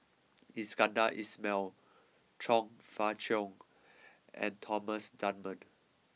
Iskandar Ismail Chong Fah Cheong and Thomas Dunman